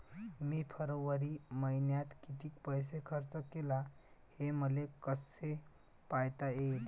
मी फरवरी मईन्यात कितीक पैसा खर्च केला, हे मले कसे पायता येईल?